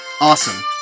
Awesome